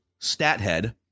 StatHead